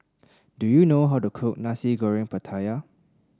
do you know how to cook Nasi Goreng Pattaya